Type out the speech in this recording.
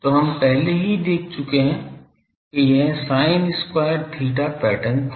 तो हम पहले ही देख चुके हैं कि यह sin square theta पैटर्न था